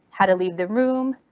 how to leave the room,